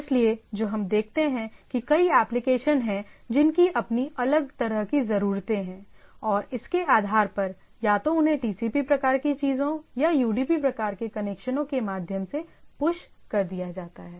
इसलिए जो हम देखते हैं कि कई एप्लीकेशन हैं जिनकी अपनी अलग तरह की ज़रूरतें हैं और इसके आधार पर या तो उन्हें टीसीपी प्रकार की चीजों या यूडीपी प्रकार के कनेक्शनों के माध्यम से पुश कर दिया जाता है